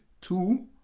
two